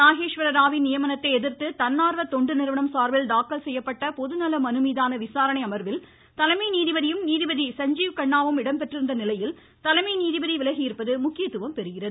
நாகேஸ்வர ராவின் நியமனத்தை எதிர்த்து தன்னார்வ தொண்டு நிறுவனம் சார்பில் தாக்கல் செய்யப்பட்ட பொது நல மனு மீதான விசாரணை அமர்வில் தலைமை நீதிபதியும் நீதிபதி சஞ்சீவ் கண்ணாவும் இடம்பெற்றிருந்த நிலையில் தலைமை நீதிபதி விலகியிருப்பது முக்கியத்துவம் பெறுகிறது